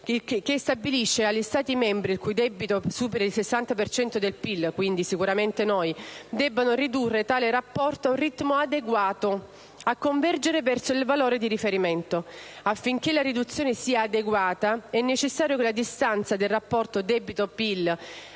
che stabilisce che gli Stati membri il cui debito superi il 60 per cento del PIL (quindi sicuramente noi) debbano ridurre tale rapporto ad un ritmo adeguato a convergere verso il valore di riferimento. Affinché la riduzione sia adeguata è necessario che la distanza del rapporto debito-PIL